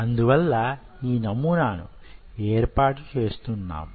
అందువలన ఈ నమూనాను యేర్పాటు చేస్తున్నాము